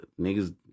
niggas